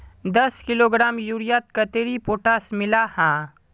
दस किलोग्राम यूरियात कतेरी पोटास मिला हाँ?